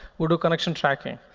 we'll do connection tracking.